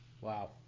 Wow